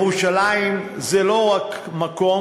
ירושלים זה לא רק מקום,